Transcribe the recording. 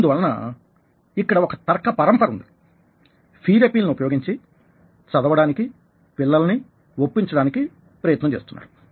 అందువలన ఇక్కడ ఒక తర్క పరంపర ఉందిఫియర్ అపీల్ ని ఉపయోగించి చదవడానికి పిల్లలని ఒప్పించడానికి ప్రయత్నం చేస్తున్నారు